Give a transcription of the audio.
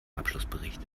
abschlussbericht